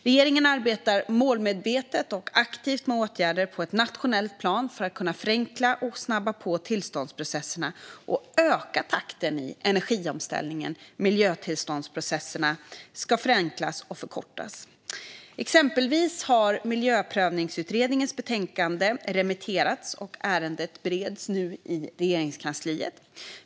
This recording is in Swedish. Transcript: Regeringen arbetar målmedvetet och aktivt med åtgärder på ett nationellt plan för att förenkla och snabba på tillståndsprocesserna och öka takten i energiomställningen. Miljötillståndsprocesserna ska förenklas och förkortas. Exempelvis har Miljöprövningsutredningens betänkande remitterats, och ärendet bereds nu i Regeringskansliet.